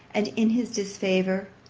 and in his disfavour,